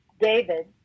David